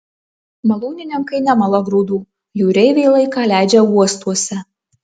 malūnininkai nemala grūdų jūreiviai laiką leidžia uostuose